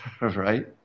right